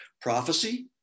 Prophecy